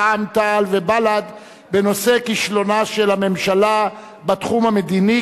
רע"ם-תע"ל ובל"ד בנושא כישלונה של הממשלה בתחום המדיני,